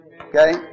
Okay